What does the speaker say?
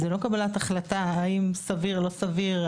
זו לא קבלת החלטה האם סביר או לא סביר,